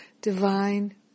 divine